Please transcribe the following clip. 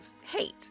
hate